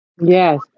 yes